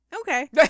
Okay